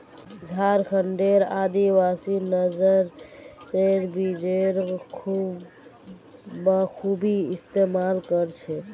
झारखंडेर आदिवासी नाइजर बीजेर बखूबी इस्तमाल कर छेक